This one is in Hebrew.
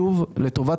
שוב, לטובת